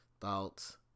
thoughts